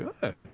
good